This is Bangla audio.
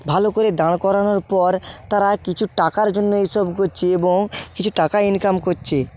ভালো করে দাঁড় করানোর পর তারা কিছু টাকার জন্য এইসব করছে এবং কিছু টাকা ইনকাম করছে